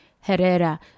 herrera